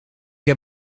heb